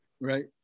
Right